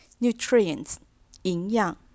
nutrients,营养